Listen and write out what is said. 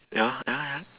ya ya ya